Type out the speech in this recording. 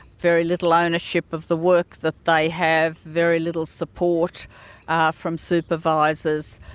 very little ownership of the work that they have, very little support ah from supervisors.